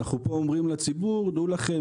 אנחנו פה אומרים לציבור: דעו לכם,